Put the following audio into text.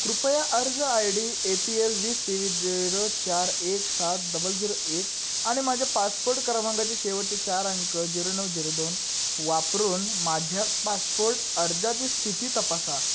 कृपया अर्ज I D A P L वीस तेवीस झिरो चार एक सात डबल झिरो एक आणि माझ्या पासपोर्ट क्रमांकाचे शेवटचे चार अंक झिरो नऊ झिरो दोन वापरून माझ्याच पासपोर्ट अर्जाची स्थिती तपासा